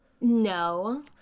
No